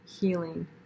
healing